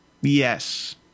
yes